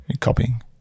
Copying